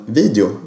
video